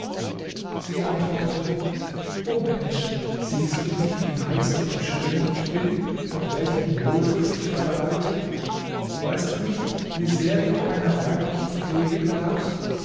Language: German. sie antwortete o mensch siehst du nicht wie reizend und schön ich bin und welchen wohlduft ich verbreite weißt du nicht wie sehr du einer weiblichen pflege bedarfst